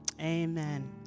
Amen